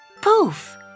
Poof